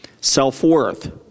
self-worth